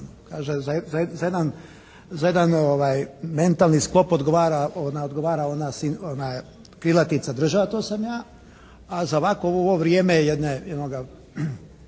za jedan mentalni sklop odgovara ona krilatica "država, to sam ja", a za ovako u ovo vrijeme jednoga